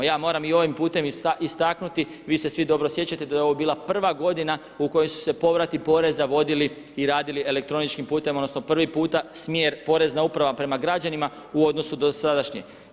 Ja moram i ovim putem istaknuti, vi se svi dobro sjećate da je ovo bila prva u kojoj su se povrati poreza vodili i radili elektroničkim putem, odnosno prvi puta smjer porezna uprava prema građanima u odnosu dosadašnje.